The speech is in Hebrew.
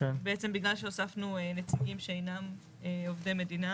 בעצם בגלל שהוספנו נציגים שאינם עובדי מדינה